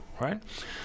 right